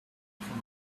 from